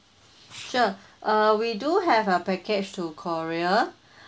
sure uh we do have a package to korea